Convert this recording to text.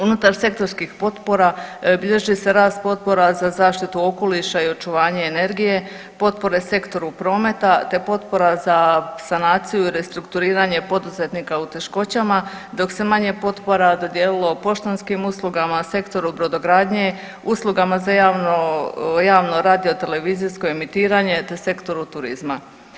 Unutar sektorskih potpora, bilježi se rast potpora za zaštitu okoliša i očuvanja energije, potpore sektoru prometa te potpora za sanaciju i restrukturiranje poduzetnika u teškoćama dok se manje potpora dodijelilo poštanskim uslugama, sektoru brodogradnje, uslugama za javno, radijsko i televizijsko emitiranje te sektoru turizma.